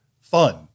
fun